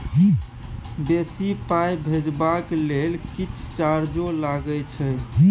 बेसी पाई भेजबाक लेल किछ चार्जो लागे छै?